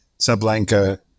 Sablanka